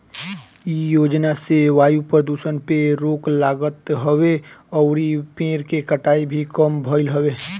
इ योजना से वायु प्रदुषण पे रोक लागत हवे अउरी पेड़ के कटाई भी कम भइल हवे